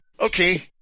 okay